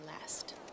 last